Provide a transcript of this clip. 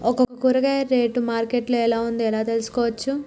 ఒక కూరగాయ rate market లో ఎలా ఉందో ఎలా తెలుసుకోవచ్చు?